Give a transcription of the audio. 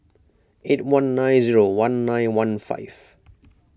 eight one nine zero one nine one five